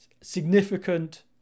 significant